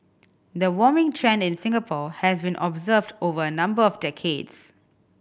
the warming trend in Singapore has been observed over a number of decades